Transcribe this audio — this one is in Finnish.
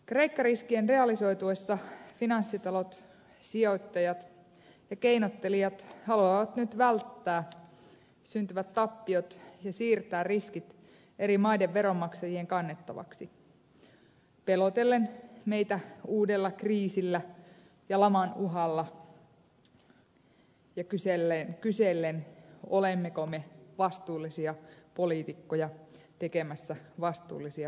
kreikka riskien realisoituessa finanssitalot sijoittajat ja keinottelijat haluavat nyt välttää syntyvät tappiot ja siirtää riskit eri maiden veronmaksajien kannettavaksi pelotellen meitä uudella kriisillä ja laman uhalla ja kysellen olemmeko me vastuullisia poliitikkoja tekemässä vastuullisia päätöksiä